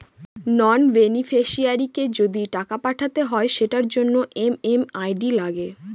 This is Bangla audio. নন বেনিফিশিয়ারিকে যদি টাকা পাঠাতে হয় সেটার জন্য এম.এম.আই.ডি লাগে